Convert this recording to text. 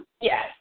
Yes